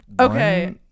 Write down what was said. Okay